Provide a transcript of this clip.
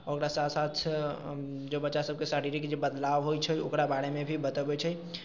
ओकरा साथ साथ जो बच्चा सबके जे शारीरक बदलाव होइत छै ओकरा बारेमे भी बतबैत छै